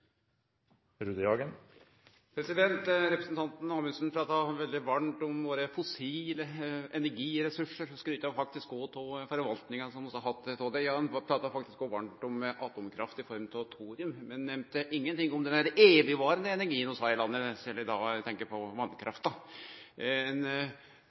replikkordskifte. Representanten Amundsen prata veldig varmt om våre fossile energiressursar og skrytte òg av den forvaltinga som vi har hatt av dei. Han prata faktisk òg varmt om atomkraft i form av thorium, men nemnde ingenting om den evigvarande energien vi har i landet. Eg tenkjer på